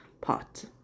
pot